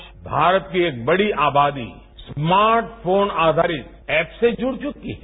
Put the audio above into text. आज भारत की एक बड़ी आबादी स्मार्ट फोन आधारित रेप से जुड़ चुकी है